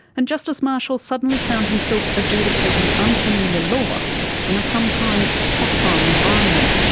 and justice marshall suddenly found himself adjudicating unfamiliar law in a sometimes hostile environment.